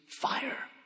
fire